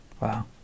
Wow